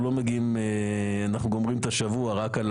ועדיף להודיע אם מראש אתה יודע שלא תהיה הצבעה.